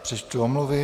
Přečtu omluvy.